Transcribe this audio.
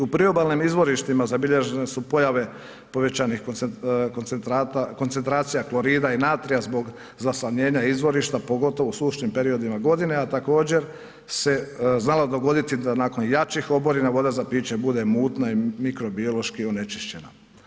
U priobalnim izvorištima zabilježene su pojave povećanih koncentracija klorida i natrija zbog zaslanjenja izvorišta pogotovo u sušnim periodima godine a također se znalo dogoditi da nakon jačih oborina voda za piće bude mutna i mikrobiološki onečišćena.